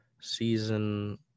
season